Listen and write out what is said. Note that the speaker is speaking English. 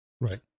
Right